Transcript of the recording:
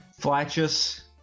flatus